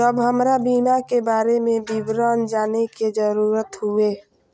जब हमरा बीमा के बारे में विवरण जाने के जरूरत हुए?